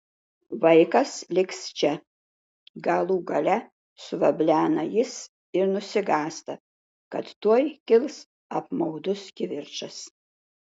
vaikas liks čia galų gale suveblena jis ir nusigąsta kad tuoj kils apmaudus kivirčas